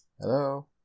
Hello